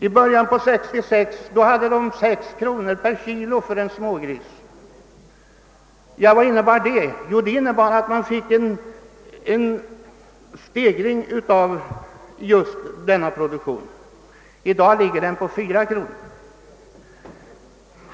I början av 1966 fick uppfödarna 6 kronor per kg för en smågris. Det medförde en ökning av just denna produktion. I dag är priset 4 kronor.